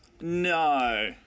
No